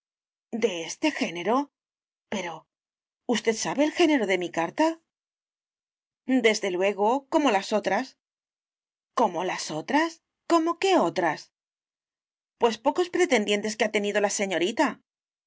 de este género pero usted sabe el género de mi carta desde luego como las otras como las otras como qué otras pues pocos pretendientes que ha tenido la señorita